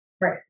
Right